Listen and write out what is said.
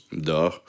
duh